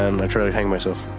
um hang myself.